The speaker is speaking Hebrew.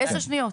כן, כן.